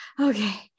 okay